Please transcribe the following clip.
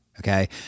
Okay